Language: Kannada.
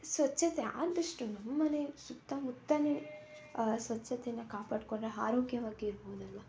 ಸ್ವಚ್ಛತೆ ಆದಷ್ಟು ನಮ್ಮ ಮನೆ ಸುತ್ತ ಮುತ್ತಲೇ ಸ್ವಚ್ಛತೇನ ಕಾಪಾಡಿಕೊಂಡ್ರೆ ಆರೋಗ್ಯವಾಗಿ ಇರ್ಬೋದಲ್ವ